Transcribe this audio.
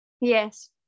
Yes